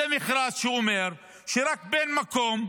זה מכרז שאומר שרק בן המקום,